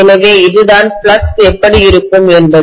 எனவே இதுதான் ஃப்ளக்ஸ் எப்படி இருக்கும்என்பது